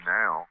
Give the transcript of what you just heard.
now